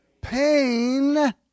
Pain